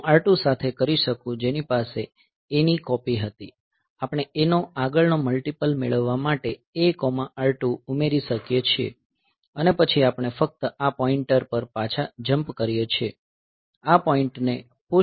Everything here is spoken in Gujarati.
હું R2 સાથે કરી શકું જેની પાસે A ની કોપી હતી આપણે A નો આગળનો મલ્ટીપલ મેળવવા માટે AR2 ઉમેરી શકીએ અને પછી આપણે ફક્ત આ પોઈન્ટ પર પાછા જંપ કરીએ છીએ આ પોઈન્ટને પુશ કરો